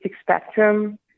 spectrum